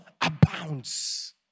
abounds